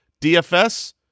DFS